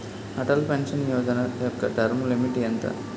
Atal pension Yojana యెక్క term limit ఎంత?